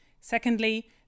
Secondly